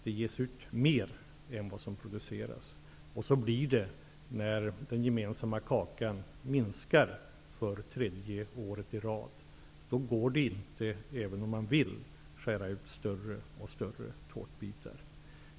Det ges ut mer än vad som produceras. Så blir det när den gemensamma kakan minskar för tredje året i rad. Då går det inte att skära upp större och större tårtbitar även om man vill.